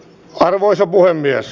arvoisa puhemies